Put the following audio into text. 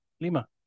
Lima